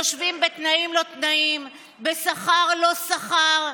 יושבים בתנאים-לא-תנאים, בשכר-לא-שכר.